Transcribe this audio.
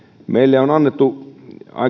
meille on annettu